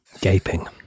gaping